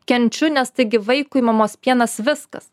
kenčiu nes taigi vaikui mamos pienas viskas